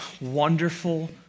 wonderful